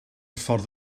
ffordd